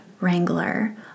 Wrangler